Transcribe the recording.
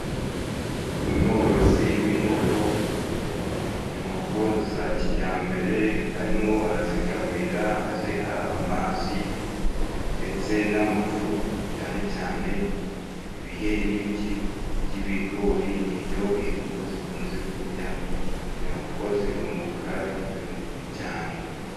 Umworozi w'inkoko, inkoko za kijyambere arimo arazigaburira aziha amazi ndetse n'amafu cyane cyane ibiheri by'ibigorii nibyo inkoko zikunze kurya. Izi nkoko zirunguka, bizurunguka cyane.